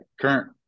current